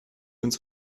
uns